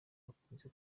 hakunze